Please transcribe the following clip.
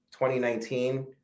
2019